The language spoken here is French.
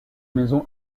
maison